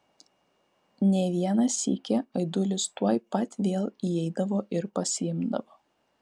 ne vieną sykį aidulis tuoj pat vėl įeidavo ir pasiimdavo